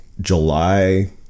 July